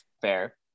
fair